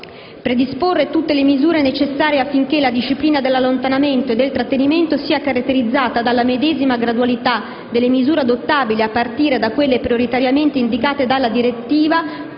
«predisporre tutte le misure necessarie affinché la disciplina dell'allontanamento e del trattenimento sia caratterizzata dalla medesima gradualità delle misure adottabili a partire da quelle prioritariamente indicate dalla direttiva,